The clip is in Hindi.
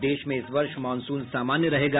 और देश में इस वर्ष मॉनसून सामान्य रहेगा